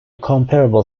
comparable